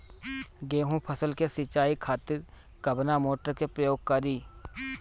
गेहूं फसल के सिंचाई खातिर कवना मोटर के प्रयोग करी?